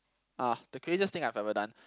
ah the craziest thing I've ever done